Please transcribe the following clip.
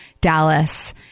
Dallas